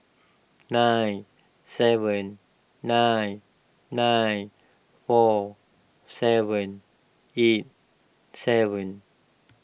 nine seven nine nine four seven eight seven